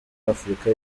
afurika